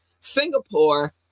singapore